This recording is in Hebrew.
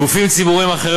גופים ציבוריים אחרים,